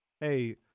Hey